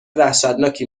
وحشتناکی